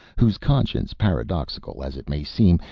whose conscience, paradoxical as it may seem,